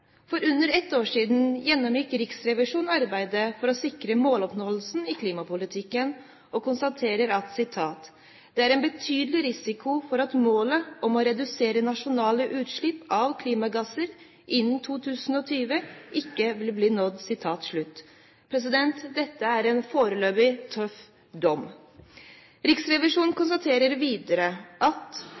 For under ett år siden gjennomgikk Riksrevisjonen arbeidet for å sikre måloppnåelse i klimapolitikken og konstaterte at det er «en betydelig risiko for at målet om å redusere nasjonale utslipp av klimagasser innen 2020 ikke vil bli nådd». Dette er en foreløpig tøff dom. Riksrevisjonen konstaterer videre at